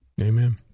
Amen